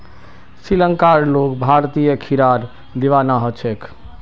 श्रीलंकार लोग भारतीय खीरार दीवाना ह छेक